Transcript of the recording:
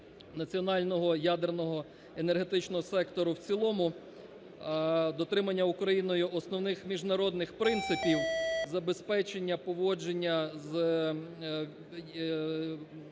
національного ядерного енергетичного сектору в цілому, дотримання Україною основних міжнародних принципів забезпечення поводження з